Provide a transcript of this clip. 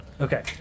Okay